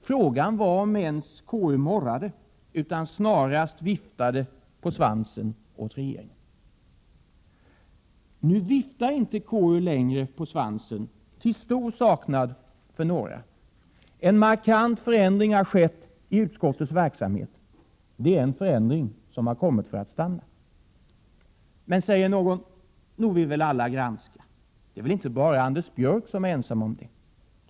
Frågan var om KU ens morrade utan snarare viftade på svansen åt regeringen. Nu viftar inte KU på svansen längre, till stor saknad för några. En markant förändring har skett i utskottets verksamhet. Det är en förändring som har kommit för att stanna. Men säger någon, nog vill väl alla granska, det kan väl inte Anders Björck vara ensam om?